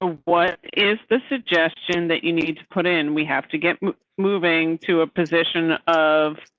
ah what is the suggestion that you need to put in? we have to get moving to a position of.